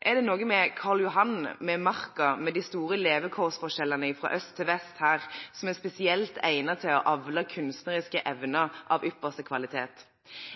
Er det noe i luften her? Er det noe med Karl Johan, med Marka, med de store levekårsforskjellene fra øst til vest her som er spesielt egnet til å avle kunstneriske evner av ypperste kvalitet?